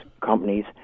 companies